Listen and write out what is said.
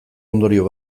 ondorio